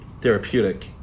therapeutic